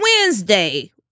Wednesday